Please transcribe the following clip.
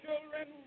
children